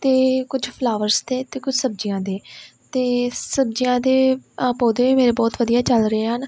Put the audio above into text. ਅਤੇ ਕੁਛ ਫਲਾਵਰਸ ਦੇ ਅਤੇ ਕੁਛ ਸਬਜ਼ੀਆਂ ਦੇ ਅਤੇ ਸਬਜ਼ੀਆਂ ਦੇ ਅ ਪੌਦੇ ਮੇਰੇ ਬਹੁਤ ਵਧੀਆ ਚੱਲ ਰਹੇ ਹਨ